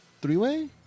three-way